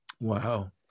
Wow